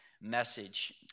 message